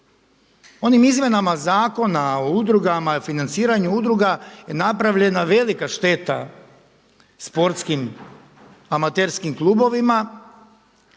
Onim izmjenama Zakona o udrugama, financiranju udruga je napravljena velika šteta sportskim amaterskim klubovima,